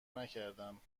نکردم